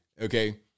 okay